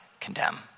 condemn